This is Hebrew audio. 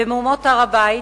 במהומות הר-הבית,